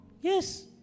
Yes